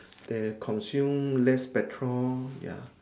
they consume less petrol ya